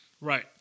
Right